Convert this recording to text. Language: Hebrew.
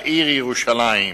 העיר ירושלים,